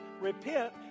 repent